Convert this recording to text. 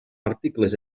articles